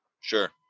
Sure